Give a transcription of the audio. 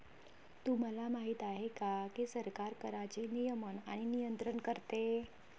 तुम्हाला माहिती आहे का की सरकार कराचे नियमन आणि नियंत्रण करते